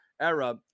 era